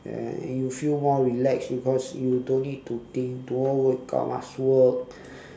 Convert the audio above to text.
and you feel more relaxed because you don't need to think tomorrow wake up must work